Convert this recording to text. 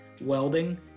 welding